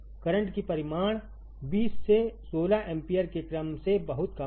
करंटकी परिमाण 20 से 16 एम्पीयर के क्रम से बहुत कम है